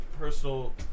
personal